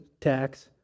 tax